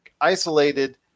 isolated